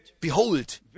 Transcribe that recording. Behold